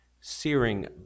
searing